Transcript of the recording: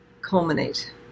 culminate